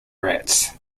rats